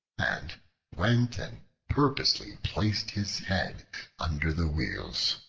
and went and purposely placed his head under the wheels,